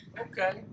Okay